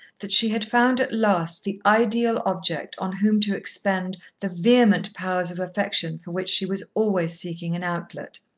that she had found at last the ideal object on whom to expend the vehement powers of affection for which she was always seeking an outlet.